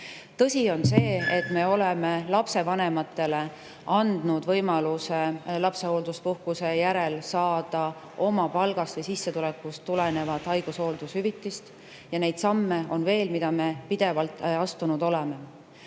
võrdselt; oleme lapsevanematele andnud võimaluse lapsehoolduspuhkuse järel saada oma palgast või sissetulekust tulenevat haigushooldushüvitist. Ja neid samme on veel, mida me pidevalt astunud oleme.